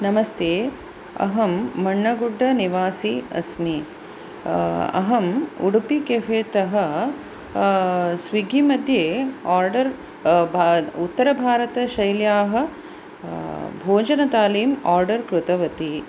नमस्ते अहं मण्णगुड्डनिवासी अस्मि अहम् उडुपि केफे तः स्विग्गि मध्ये आर्डर् उत्तरभारतशैल्याः भोजनथालीम् आर्डर् कृतवती